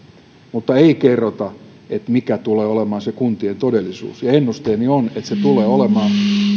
mutta ei kerrota mikä tulee olemaan kuntien todellisuus ennusteeni on että se tulee olemaan